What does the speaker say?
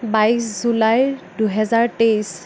বাইছ জুলাই দুহেজাৰ তেইছ